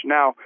Now